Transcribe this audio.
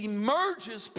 emerges